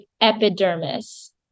epidermis